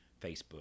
Facebook